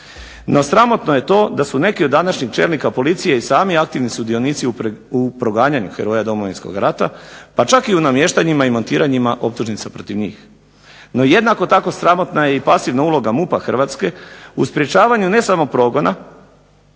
no sramotno je to da su neki od današnjih čelnika policije i sami aktivni sudionici u proganjanju heroja Domovinskog rata, pa čak u namještanjima i montiranjima optužnica protiv njih. No jednako tako sramotna je pasivna uloga MUP-a Hrvatske u sprječavanju ne samo progona